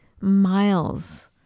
miles